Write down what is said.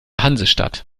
hansestadt